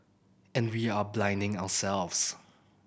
and we are blinding ourselves